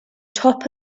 top